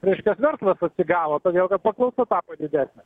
reiškias verslas atsigavo todėl kad paklausa tapo didesnė